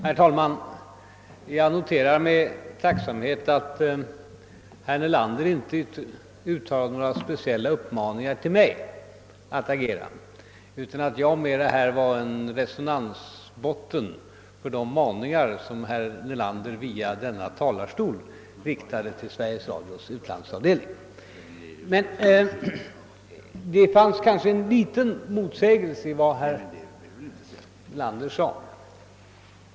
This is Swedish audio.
Herr talman! Jag noterar med tacksamhet att herr Nelander inte uttalade några speciella uppmaningar till mig att agera, utan mera utgick från att jag är en resonansbotten för de maningar som herr Nelander från denna talarstol riktade till Sveriges Radios utlandsavdelning. Men det fanns kanske en liten motsägelse i vad herr Nelander sade.